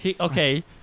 Okay